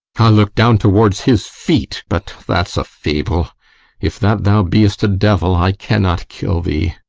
i look down towards his feet but that's a fable if that thou be'st a devil, i cannot kill thee.